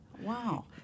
Wow